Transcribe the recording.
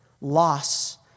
loss